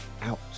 out